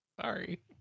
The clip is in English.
Sorry